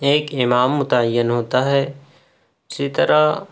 ایک امام متعین ہوتا ہے اسی طرح